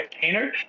painter